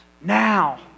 now